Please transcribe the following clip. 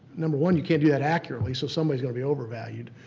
number one, you can't do that accurately. so somebody's gonna be overvalued.